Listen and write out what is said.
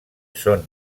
són